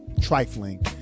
trifling